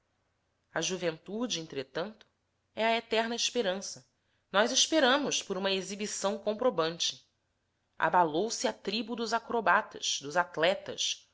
a juventude entretanto é a eterna esperança nós esperamos por uma exibição comprobante abalou-se a tribo dos acrobatas dos atletas